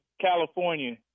California